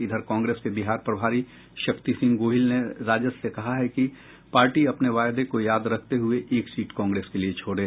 इधर कांग्रेस के बिहार प्रभारी शक्ति सिंह गोहिल ने राजद से कहा है कि पार्टी अपने वायदे को याद रखते हुए एक सीट कांग्रेस के लिये छोड़े